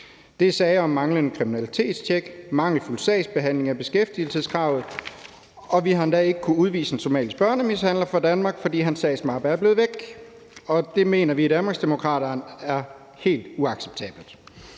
Det er sager om manglende kriminalitetstjek og mangelfuld sagsbehandling af beskæftigelseskravet, og vi har endda ikke kunnet udvise en somalisk børnemishandler fra Danmark, fordi hans sagsmappe er blevet væk, og det mener vi i Danmarksdemokraterne er helt uacceptabelt.